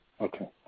Okay